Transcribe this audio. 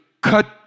cut